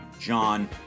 John